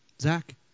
Zach